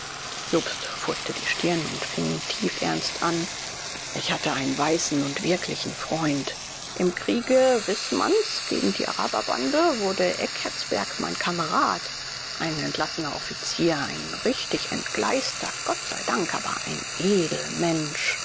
jobst furchte die stirn und fing tiefernst an ich hatte einen weißen und wirklichen freund im kriege wißmanns gegen die araberbande wurde eckertsberg mein kamerad war ein entlassener offizier ein richtig entgleister gott sei dank aber ein